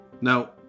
Now